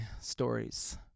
stories